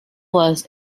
was